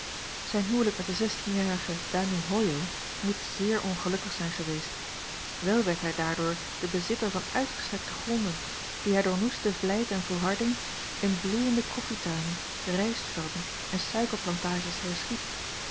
zijn huwelijk met de zestienjarige danoe hojo moet zeer ongelukkig zijn geweest wel werd hij daardoor a l g bosboom-toussaint langs een omweg de bezitter van uitgestrekte gronden die hij door noeste vlijt en volharding in bloeiende koffietuinen rijstvelden en suikerplantages